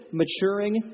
maturing